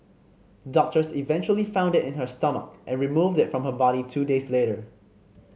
doctors eventually found it in her stomach and removed it from her body two days later